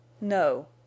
No